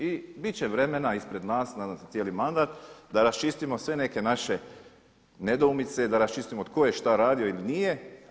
I bit će vremena ispred nas, nadam se cijeli mandat, da raščistimo sve neke naše nedoumice i da raščistimo tko je šta radio ili nije.